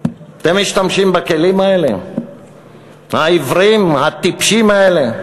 אתם משתמשים בכלים האלה, העיוורים, הטיפשים האלה,